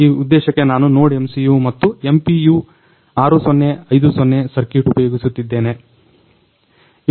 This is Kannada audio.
ಈ ಉದ್ದೇಶಕ್ಕೆ ನಾನು NodeMCU ಮತ್ತು MPU 6050 ಸರ್ಕ್ಯಟ್ ಉಪಯೋಗಿಸುತ್ತಿದ್ದೇನೆ